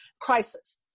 crisis